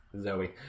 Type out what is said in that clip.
Zoe